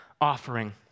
offering